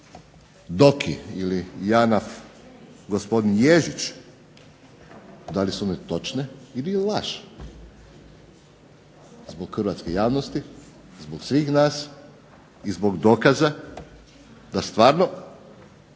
DIOKI ili JANAF – gospodin Ježić da li su one točne ili je laž? Zbog hrvatske javnosti, zbog svih nas i zbog dokaza da stvarno